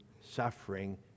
suffering